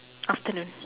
after them